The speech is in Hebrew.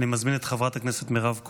אני מזמין את חברת הכנסת מירב כהן,